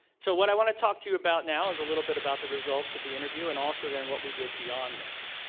so, what i want to talk to you about now is a little bit about the results of the interview and also, then what we did beyond this.